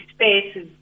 spaces